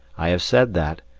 i have said that,